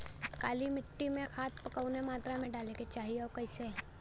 काली मिट्टी में खाद कवने मात्रा में डाले के चाही अउर कइसे?